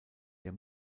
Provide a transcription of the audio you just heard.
der